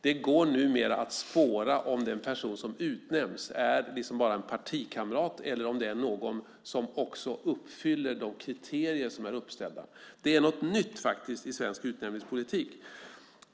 Det går numera att spåra om den person som utnämns bara är en partikamrat eller om det är någon som också uppfyller de kriterier som är uppställda. Detta är något nytt i svensk utnämningspolitik.